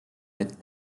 with